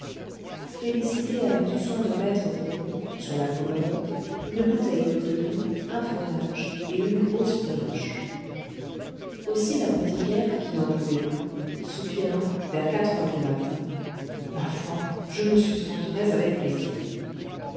félicité avait eu soin de mettre pour eux sur la commode une bouteille d'eau-de-vie un fromage et une grosse brioche aussi l'apothicaire qui n'en pouvait plus soupira vers quatre heures du matin ma foi je me sustenterais avec plaisir